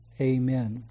amen